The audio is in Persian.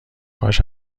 کاش